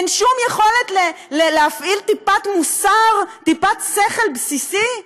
אין שום יכולת להפעיל טיפת מוסר, טיפת שכל בסיסי?